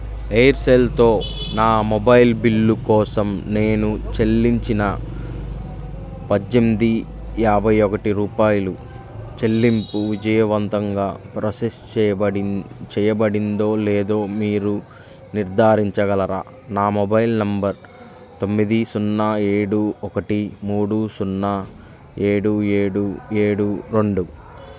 ఎయిర్సెల్తో నా mobile bill కోసం నేను చెల్లించిన పద్దెనిమిది యాభై ఒకటి రూపాయలు చెల్లింపు విజయవంతంగా ప్రాసెస్ చేయబడిందో లేదో మీరు నిర్ధారించగలరా నా మొబైల్ నెంబర్ తొమ్మిది సున్నా ఏడు ఒకటి మూడు సున్నా ఏడు ఏడు ఏడు రెండు